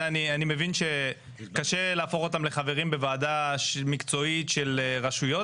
זה אני מבין שקשה להפוך אותם לחברים בוועדה מקצועית של רשויות.